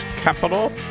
capital